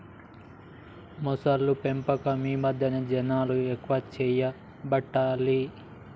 మొసళ్ల పెంపకం ఈ మధ్యన జనాలు ఎక్కువ చేయబట్టిరి